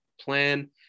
plan